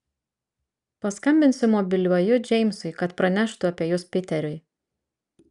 paskambinsiu mobiliuoju džeimsui kad praneštų apie jus piteriui